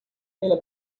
pela